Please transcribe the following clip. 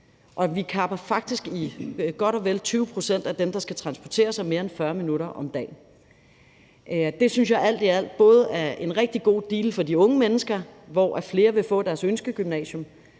Vi kapper faktisk godt og vel 20 pct. af dem, der skal transportere sig mere end 40 minutter om dagen, og jeg synes alt i alt, det både er en rigtig god deal for de unge mennesker, hvor flere vil få deres ønskegymnasium,